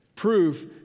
proof